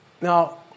Now